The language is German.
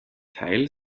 teil